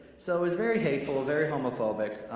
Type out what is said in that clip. so it's very hateful, very homophobic.